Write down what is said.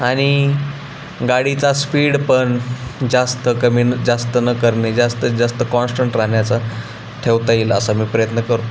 आणि गाडीचा स्पीड पण जास्त कमी जास्त न करणे जास्तीत जास्त कॉन्स्टंट राहण्याचा ठेवता येईल असा मी प्रयत्न करतो